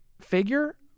figure